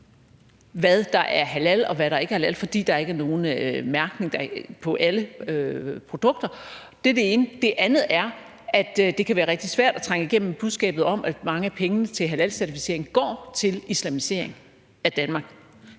hvad der er halal, og hvad der ikke er halal, fordi der er ikke nogen mærkning på alle produkter. Det er det ene. Det andet er, at det kan være rigtig svært at trænge igennem med budskabet om, at mange af pengene til halalcertificering går til islamisering af Danmark.